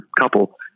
couple